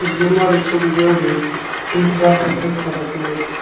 سُہ چھُ بیٚمار حظ تھوڑا زیادے تٔمِس چھُ بَکوَچَن تھوڑا دود